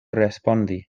respondi